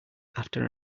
after